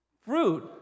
Fruit